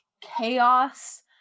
chaos